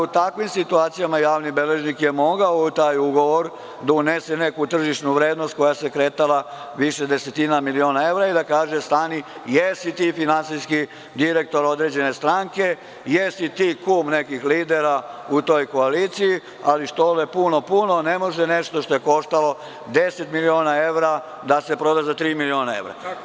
U takvim situacijama javni beležnik je mogao u taj ugovor da unese tržišnu vrednost koja se kretala u više desetina miliona evra i da kaže – stani, jesi ti finansijski direktor određene stranke, jesi ti kum nekih lidera u toj koaliciji, ali što je puno, puno je i ne može nešto što je koštalo 10 miliona evra da se proda za tri miliona evra.